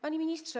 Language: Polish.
Panie Ministrze!